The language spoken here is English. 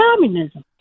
communism